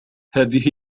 هذه